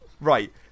Right